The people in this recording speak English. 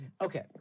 Okay